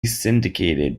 syndicated